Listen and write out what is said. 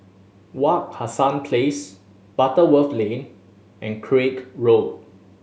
Wak Hassan Place Butterworth Lane and Craig Road